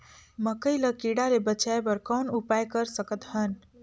मकई ल कीड़ा ले बचाय बर कौन उपाय कर सकत हन?